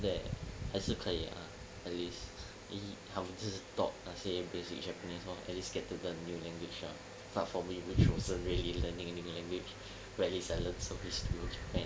that 还是可以 ah at least he 他们就是 taught 那些 basic japanese orh at least get to learn new language ah apart for me which wasn't really learning a new language but at least I learn something new about japan